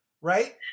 right